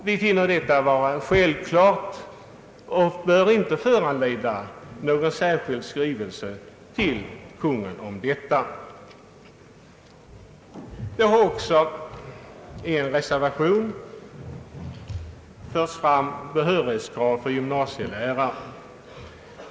Vi anser detta vara en självklar sak som inte bör föranleda någon särskild skrivelse till Kungl. Maj:t. Det har också i en reservation förts fram behörighetskrav på gymnasielärare.